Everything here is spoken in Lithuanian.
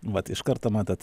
vat iš karto matot